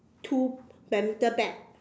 two badminton bat